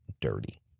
dirty